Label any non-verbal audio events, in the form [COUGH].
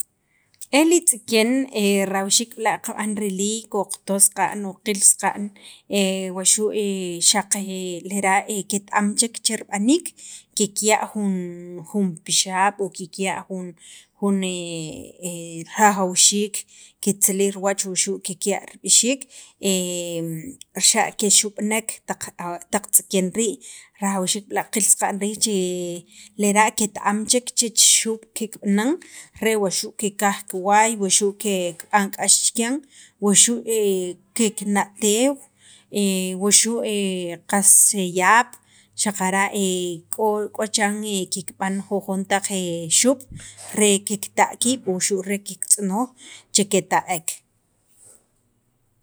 E li tz'iken [HESITATION] rawxiik b'la' kab'an riliik o qato saqa'n o qil saqa'n e waxu' [HESITATION] xaq lera' ket- am chek che rib'aniik kikya' jun jun pixaab' o kikya' jun [HESITATION] rajawxiik kitzilij riwach wuxu' kikya' rib'ixiik, [HESITATION] xa' kexub'nek taq awa, taq tz'iken rii', rajawxiik b'la' qil saqa'n riij che lera' ket- am chek chech xub' kikb'anan re wa xu' kikaj kiwaay waxu' [NOISE] ke kib'an k'ax chikyan, wuxu' [HESITATION] kikna' teew wuxu' [HESITATION] qas e yaab' xaqara' [HESITATION] k'o k'o chiran [HESITATION] kikb'an jujon taq xuub' re kikta' kiib' o xa' kikta' kiib' o xa' kiktz'onoj che keta'ek.